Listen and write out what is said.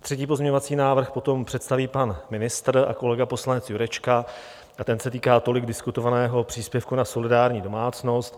Třetí pozměňovací návrh potom představí pan ministr a kolega poslanec Jurečka, ten se týká tolik diskutovaného příspěvku na solidární domácnost.